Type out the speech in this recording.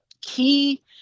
key